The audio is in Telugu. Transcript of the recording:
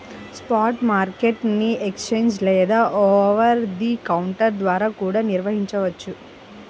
స్పాట్ మార్కెట్ ని ఎక్స్ఛేంజ్ లేదా ఓవర్ ది కౌంటర్ ద్వారా కూడా నిర్వహించొచ్చు